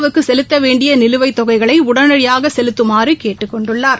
வுக்கு செலுத்த வேண்டிய நிலுவைத் தொகைகளை உடனடியாக செலுத்துமாறு கேட்டுக்கொண்டுள்ளார்